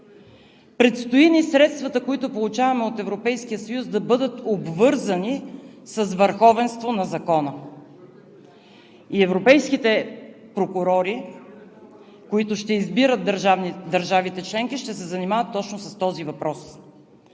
Предстои ни средствата, които получаваме от Европейския съюз, да бъдат обвързани с върховенство на закона. И европейските прокурори, които ще избират държавите членки, ще се занимават точно с този въпрос